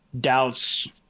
doubts